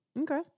Okay